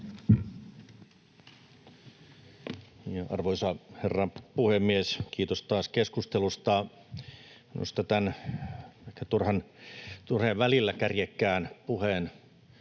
Arvoisa herra puhemies! Kiitos taas keskustelusta. Minusta tämän välillä turhan kärjekkään puheen